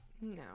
No